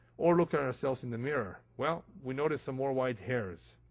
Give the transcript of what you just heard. or look at ourselves in the mirror. well, we noticed some more white hairs,